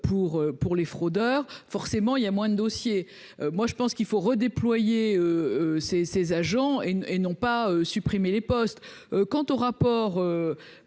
pour les fraudeurs, forcément il y a moins de dossiers, moi je pense qu'il faut redéployer ses ses agents et une, et non pas supprimer les postes, quant au rapport,